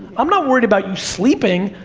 i'm not worried about you sleeping,